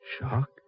Shock